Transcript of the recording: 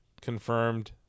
confirmed